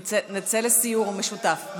נצא לסיור משותף.